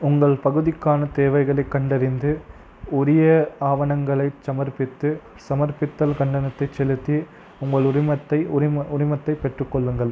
உங்கள் பகுதிக்கான தேவைகளைக் கண்டறிந்து உரிய ஆவணங்களை சமர்ப்பித்து சமர்ப்பித்தல் கண்டனத்தை செலுத்தி உங்கள் உரிமத்தைப் உரிமத்தைப் பெற்றுக்கொள்ளுங்கள்